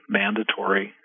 mandatory